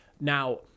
Now